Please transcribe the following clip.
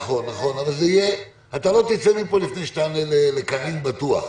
נכון, אבל לא תצא מפה לפני שתענה לקארין, בטוח.